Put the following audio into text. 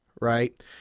Right